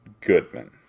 Goodman